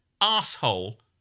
asshole